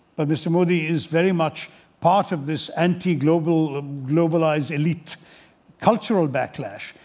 but mr. modi is very much part of this anti-globalised um anti-globalised elite cultural backlash.